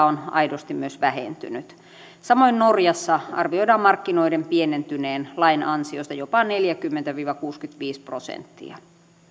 on aidosti myös vähentynyt samoin norjassa arvioidaan markkinoiden pienentyneen lain ansiosta jopa neljäkymmentä viiva kuusikymmentäviisi prosenttia